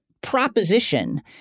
proposition –